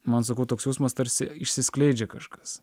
man sakau toks jausmas tarsi išsiskleidžia kažkas